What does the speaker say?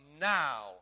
now